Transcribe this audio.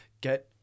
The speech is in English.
get